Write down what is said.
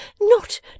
not